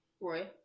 Roy